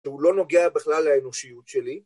שהוא לא נוגע בכלל לאנושיות שלי.